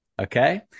Okay